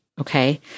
okay